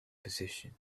position